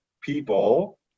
people